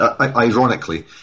Ironically